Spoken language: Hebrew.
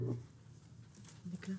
בבקשה.